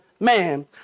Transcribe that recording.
Man